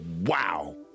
Wow